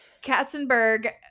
Katzenberg